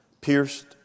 pierced